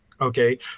Okay